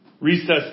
recess